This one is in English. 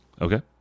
Okay